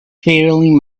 faring